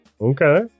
Okay